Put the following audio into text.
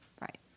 Right